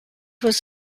was